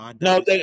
No